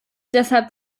deshalb